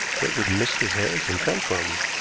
where did mrs. harrison come from?